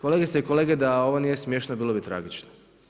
Kolegice i kolege, da ovo nije smiješno bilo bi tragično.